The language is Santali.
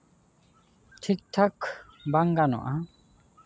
ᱴᱷᱤᱠ ᱴᱷᱟᱠ ᱵᱟᱝ ᱜᱟᱱᱚᱜᱼᱟ